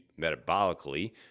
metabolically